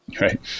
Right